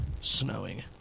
Snowing